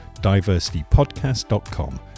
diversitypodcast.com